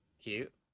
Cute